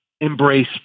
embrace